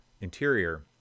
interior